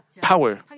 power